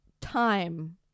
time